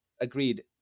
Agreed